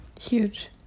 Huge